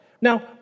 Now